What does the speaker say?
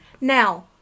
now